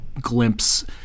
glimpse